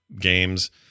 games